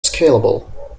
scalable